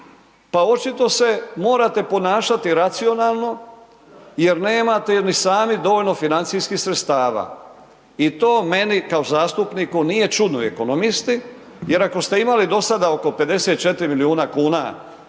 pa očito se morate ponašati racionalno jer nemate ni sami dovoljno financijskih sredstava. I to meni kao zastupniku nije čudno i ekonomisti. Jer ako ste imali do sada oko 54 milijuna kuna